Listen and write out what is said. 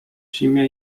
zimie